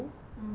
mmhmm